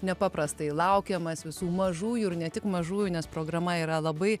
nepaprastai laukiamas visų mažųjų ir ne tik mažųjų nes programa yra labai